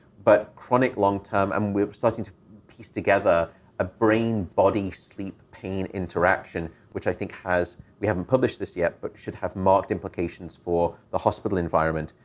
but chronic long-term, um we're starting to piece together a brain-body-sleep-pain interaction, which i think has, we haven't published this yet, but should have marked implications for the hospital environment.